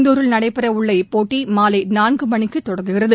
இந்தூரில் நடைபெறவுள்ள இப்போட்டி மாலை நான்கு மணிக்கு தொடங்குகிறது